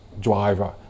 driver